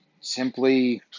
simply